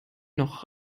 noch